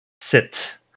sit